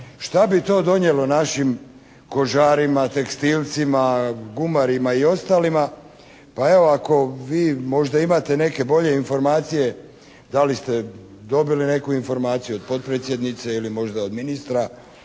Šta bi to donijelo našim kožarima, tekstilcima, gumarima i ostalima? Pa evo, ako vi možda imate neke bolje informacije da li ste dobili neku informaciju od potpredsjednice ili možda od ministra